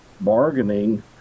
bargaining